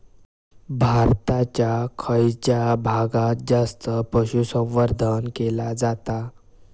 भारताच्या खयच्या भागात जास्त पशुसंवर्धन केला जाता?